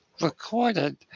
recorded